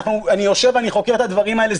אני יושב וחוקר את הדברים האלה.